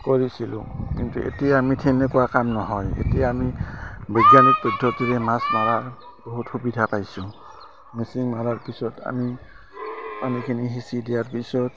কৰিছিলোঁ কিন্তু এতিয়া আমি তেনেকুৱা কাম নহয় এতিয়া আমি বৈজ্ঞানিক পদ্ধতিৰে মাছ মাৰাৰ বহুত সুবিধা পাইছোঁ মেচিন মাৰাৰ পিছত আমি পানীখিনি সিঁচি দিয়াৰ পিছত